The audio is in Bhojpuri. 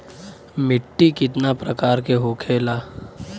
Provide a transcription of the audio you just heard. मिट्टी कितना प्रकार के होखेला?